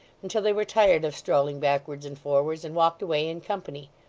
until they were tired of strolling backwards and forwards and walked away in company.